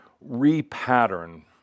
re-pattern